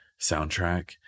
soundtrack